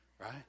right